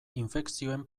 infekzioen